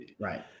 right